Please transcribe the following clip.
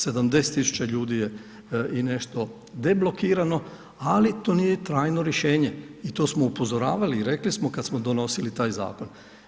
70 tisuća ljudi je i nešto deblokirano ali to nije trajno rješenje i to smo upozoravali i rekli smo kad smo donosili taj zakon.